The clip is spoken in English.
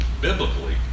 biblically